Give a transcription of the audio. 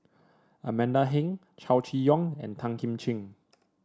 Amanda Heng Chow Chee Yong and Tan Kim Ching